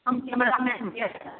हम कैमरामैन छिए